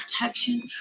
protection